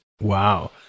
wow